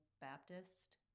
Baptist